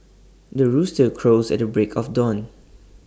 the rooster crows at the break of dawn